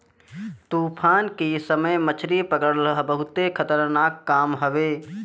तूफान के समय मछरी पकड़ल बहुते खतरनाक काम हवे